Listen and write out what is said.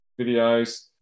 videos